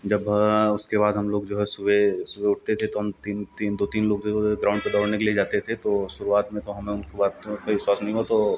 जब उसके बाद हम लोग जो है सुबह सुबह उठते थे तो हम तीन दो तीन लोग जो है ग्राउन्ड पर दौड़ने के लिए जाते थे तो शुरुआत में तो हमें उनके बातों का विश्वास नहीं हुआ तो